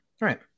right